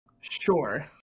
Sure